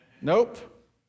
Nope